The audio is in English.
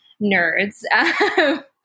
nerds